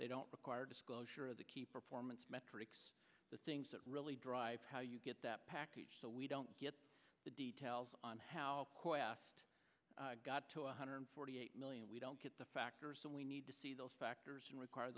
they don't require disclosure of the key performance metrics the things that really drive how you get that package so we don't get the details on how it got to one hundred forty eight million we don't get the factors and we need to see those factors and require